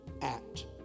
act